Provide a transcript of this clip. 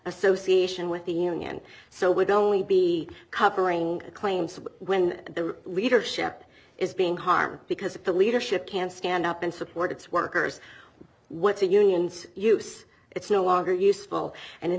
association with the union so would only be covering claims when their leadership is being harmed because the leadership can't stand up and support its workers what the unions use it's no longer useful and in